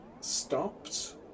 stopped